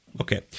Okay